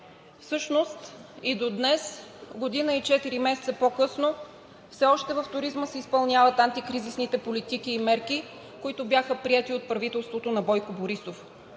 Всъщност и до днес, година и четири месеца по-късно, все още в туризма се изпълняват антикризисните политики и мерки, които бяха приети от правителството на Бойко Борисов